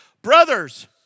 Brothers